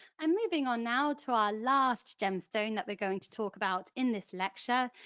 i'm moving on now to our last gemstone that we're going to talk about in this lecture.